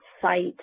site